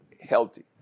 healthy